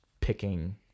picking